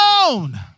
alone